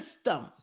system